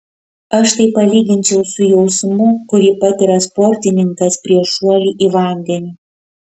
aš tai palyginčiau su jausmu kurį patiria sportininkas prieš šuolį į vandenį